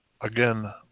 again